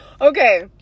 Okay